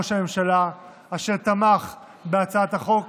סגן ראש הממשלה, אשר תמך בהצעת החוק